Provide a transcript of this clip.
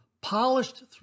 Polished